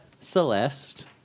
Celeste